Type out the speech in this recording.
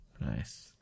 Nice